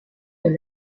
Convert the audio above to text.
dans